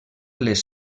les